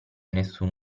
nessuno